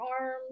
arms